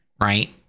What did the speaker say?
right